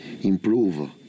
improve